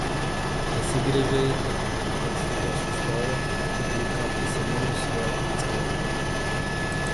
pasigręžia eiti bet staiga sustoja ir lyg ką prisiminus vėl atsklendžia